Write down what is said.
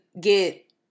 get